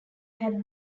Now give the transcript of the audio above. had